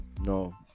No